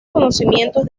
conocimientos